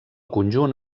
conjunt